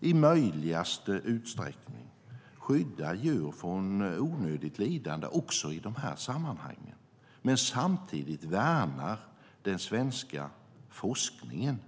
i möjligaste utsträckning skyddar djur från onödigt lidande också i dessa sammanhang men samtidigt värnar den svenska forskningen.